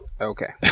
Okay